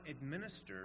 administer